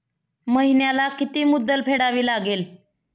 महिन्याला किती मुद्दल फेडावी लागेल?